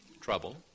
Trouble